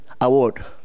award